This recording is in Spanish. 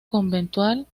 conventual